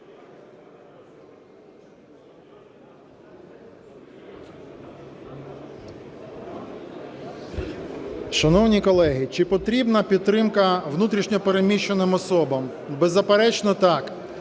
Шановні колеги, чи потрібна підтримка внутрішньо переміщеним особам? Беззаперечно так.